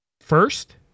first